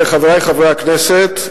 חברי חברי הכנסת,